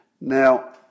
Now